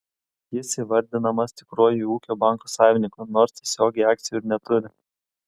jis įvardinamas tikruoju ūkio banko savininku nors tiesiogiai akcijų ir neturi